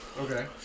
Okay